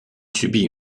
subit